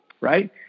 right